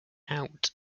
out